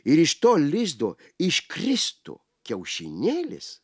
ir iš to lizdo iškristų kiaušinėlis